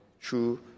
true